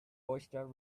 oyster